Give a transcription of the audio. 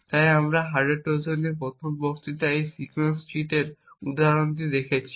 তাই আমরা হার্ডওয়্যার ট্রোজানের প্রথম বক্তৃতায় এই সিকোয়েন্স চিট কোডের উদাহরণ দেখেছি